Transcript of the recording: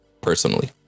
personally